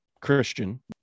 christian